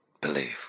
believe